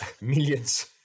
millions